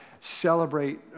celebrate